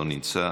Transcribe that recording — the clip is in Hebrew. לא נמצא,